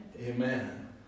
Amen